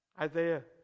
Isaiah